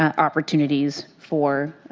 um opportunities, for